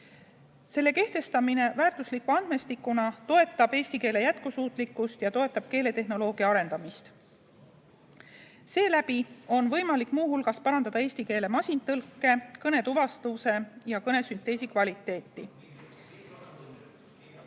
Selle väärtusliku andmestikuna kehtestamine toetab eesti keele jätkusuutlikkust ja keeletehnoloogia arendamist. Seeläbi on võimalik muu hulgas parandada eesti keele masintõlke, kõnetuvastuse ja kõnesünteesi kvaliteeti.